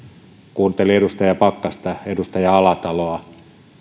kuuntelin edustaja pakkasta ja edustaja alataloa ja